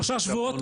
שלושה שבועות